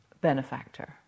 Benefactor